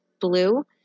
blue